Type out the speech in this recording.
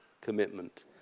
commitment